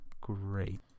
great